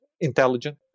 intelligent